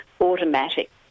automatic